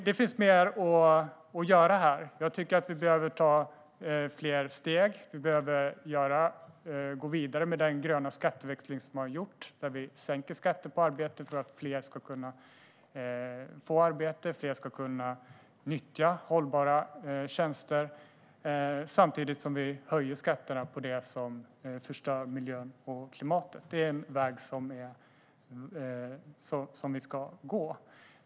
Det finns mer att göra här. Jag tycker att vi behöver ta fler steg. Vi behöver gå vidare med den gröna skatteväxling som vi har gjort där vi sänker skatter på arbete för att fler ska kunna få arbete och nyttja hållbara tjänster, samtidigt som vi höjer skatterna på det som förstör miljön och klimatet. Det är en väg som vi ska gå.